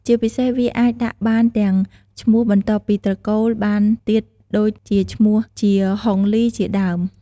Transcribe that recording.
ជាពិសេសវាអាចដាក់បានទាំងឈ្មោះបន្ទាប់ពីត្រកូលបានទៀតដូចជាឈ្មោះ ជា ហុងលី ជាដើម។